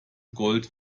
gold